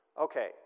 Okay